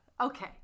okay